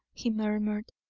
he murmured.